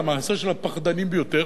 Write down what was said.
למעשה של הפחדנים ביותר,